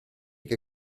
che